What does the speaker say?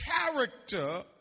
character